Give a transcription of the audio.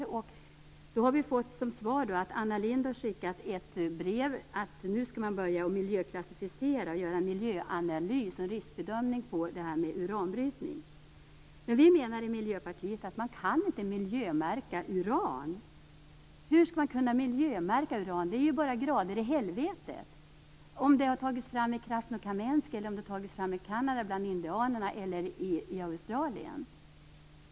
Som svar har vi fått ett brev från Anna Lind om att man nu skall börja miljöklassificera och göra miljöanalys och riskbedömning på uranbrytning. Vi menar i Miljöpartiet att man inte kan miljömärka uran. Hur skall man kunna miljömärka uran? Det gäller ju bara grader i helvetet. Om det har tagits fram i Krasnokamensk, bland indianerna i Kanada eller i Australien har ingen betydelse.